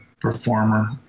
performer